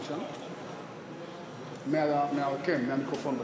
כן, מהמיקרופון בצד.